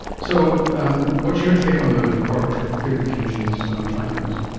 so um what's your take on the productivity commission's findings?